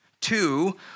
Two